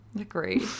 Agree